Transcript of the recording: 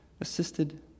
assisted